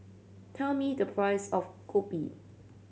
tell me the price of kopi